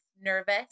nervous